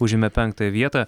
užėmė penktąją vietą